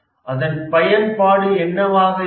அதன் பயன்பாடு என்னவாக இருக்கும்